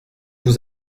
vous